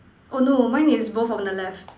oh no mine is both on the left